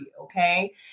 Okay